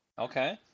Okay